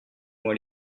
moi